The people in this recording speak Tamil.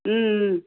ம் ம்